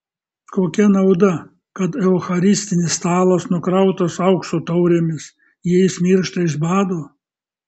kokia nauda kad eucharistinis stalas nukrautas aukso taurėmis jei jis miršta iš bado